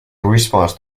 response